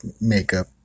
makeup